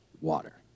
water